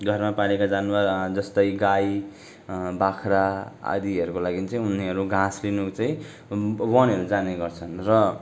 घरमा पालेका जनावर जस्तै गाई बाख्रा आदिहरूको लागि चाहिँ उनीहरू घाँस लिनु चाहिँ व वनहरू जानेगर्छन् र